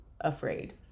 afraid